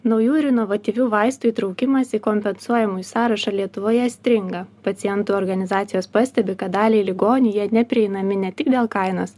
naujų ir inovatyvių vaistų įtraukimas į kompensuojamųjų sąrašą lietuvoje stringa pacientų organizacijos pastebi kad daliai ligonių jie neprieinami ne tik dėl kainos